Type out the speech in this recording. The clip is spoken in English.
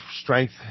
strength